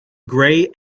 grey